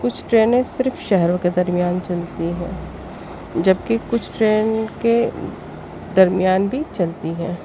کچھ ٹرینیں صرف شہروں کے درمیان چلتی ہے جب کہ کچھ ٹرین کے درمیان بھی چلتی ہے